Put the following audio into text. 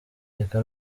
reka